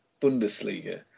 Bundesliga